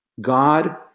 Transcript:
God